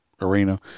arena